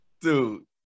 Dude